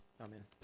Amen